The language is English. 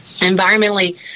environmentally